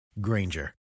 Granger